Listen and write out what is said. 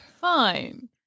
fine